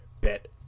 bet